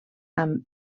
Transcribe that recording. amb